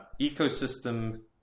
ecosystem